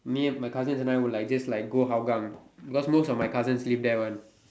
near my cousins and I will like just like go Hougang because most of my cousins live there one